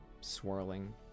swirling